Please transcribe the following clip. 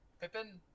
pippin